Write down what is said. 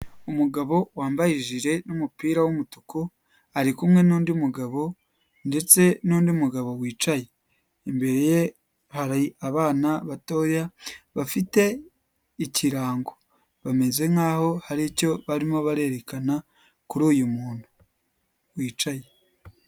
Umugabo wambaye ijire n'umupira w'umutuku ari kumwe n'undi mugabo ndetse n'undi mugabo wicaye, imbere ye hari abana batoya bafite ikirango bameze nkaho hari icyo barimo barerekana kuri uyu muntu wicaye.